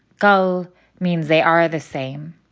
go means they are the same.